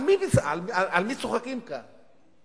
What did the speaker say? על מי צוחקים כאן?